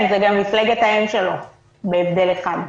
זה גם מפלגת האם שלו בהבדל אחד.